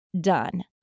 Done